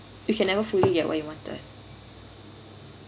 you can never fully get what you wanted